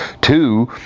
Two